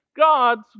God's